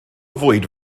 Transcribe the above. fwyd